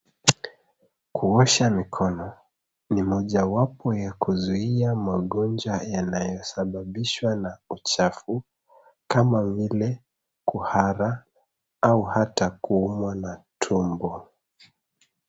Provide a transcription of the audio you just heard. Kuosha mikono ni mojawapo ya kuzuia magonjwa yanayosababishwa na uchafu kama vile; kuhara au hata kuumwa na tumbo.